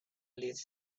this